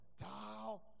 Thou